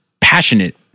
passionate